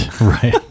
Right